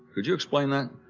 could you explain that?